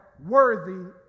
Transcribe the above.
worthy